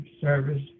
service